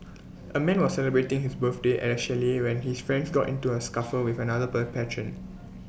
A man was celebrating his birthday at A chalet when his friends got into A scuffle with another patron